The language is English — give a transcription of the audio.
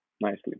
nicely